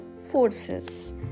forces